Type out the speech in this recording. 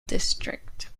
district